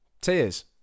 tears